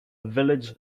village